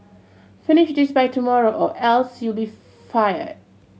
finish this by tomorrow or else you'll be fired